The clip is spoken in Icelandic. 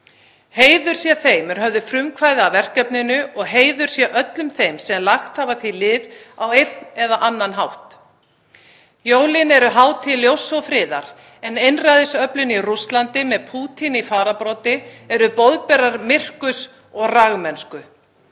Heiður sé þeim er höfðu frumkvæði að verkefninu og heiður sé öllum þeim sem lagt hafa því lið á einn eða annan hátt. Jólin eru hátíð ljóss og friðar en einræðisöflin í Rússlandi með Pútín í fararbroddi eru boðberar myrkurs og ragmennsku.